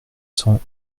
cent